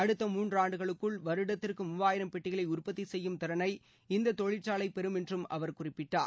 அடுத்த மூன்றாண்டுகளுக்குள் வருடத்திற்கு மூவாயிரம் பெட்டிகளை உற்பத்தி செய்யும் திறனை இந்த தொழிற்சாலை பெறும் என்றும் அவர் குறிப்பிட்டார்